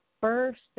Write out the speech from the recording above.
first